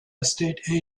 estate